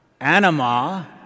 Anima